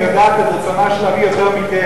אני יודעת על רצונו של אבי יותר מכם.